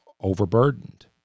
overburdened